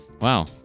Wow